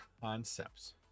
Concepts